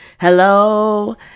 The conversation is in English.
Hello